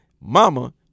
mama